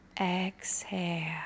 Exhale